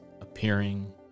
appearing